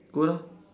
good lah